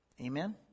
Amen